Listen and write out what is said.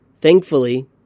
Thankfully